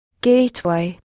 gateway